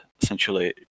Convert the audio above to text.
essentially